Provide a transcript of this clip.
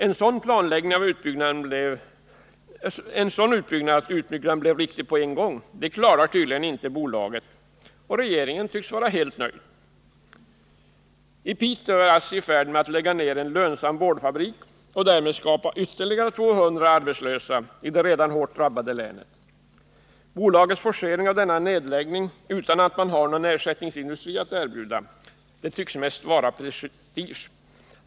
En sådan planläggning att utbyggnaden blir riktig på en gång klarar tydligen inte bolaget — och regeringen tycks vara helt nöjd. I Piteå är ASSI i färd med att lägga ner en lönsam boardfabrik — och därmed göra ytterligare 200 personer arbetslösa i det redan hårt drabbade länet. Bolagets forcering av denna nedläggning, utan att man har någon ersättningsindustri att erbjuda, tycks mest bero på prestige.